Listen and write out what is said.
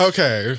Okay